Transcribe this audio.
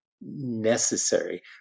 necessary